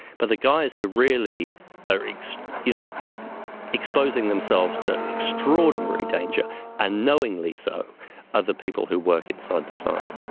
but the guys who really are like so you know exposing themselves to extraordinary danger and knowingly so are the people who work inside the plant,